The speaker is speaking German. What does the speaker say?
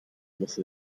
musste